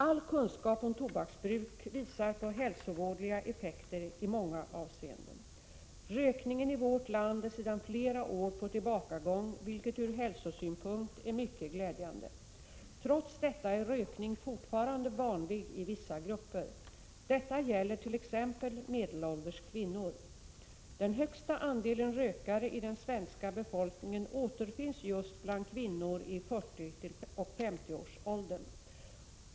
All kunskap om tobaksbruk visar på hälsovådliga effekter i många avseenden. Rökningen i vårt land är sedan flera år på tillbakagång, vilket ur hälsosynpunkt är mycket glädjande. Trots detta är rökning fortfarande vanlig i vissa grupper. Detta gäller t.ex. medelålders kvinnor. Den högsta andelen rökare i den svenska befolkningen återfinns just bland kvinnor i 40 och 50-årsåldern.